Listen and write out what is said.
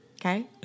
Okay